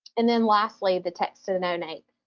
and then lastly, the text-to-donate.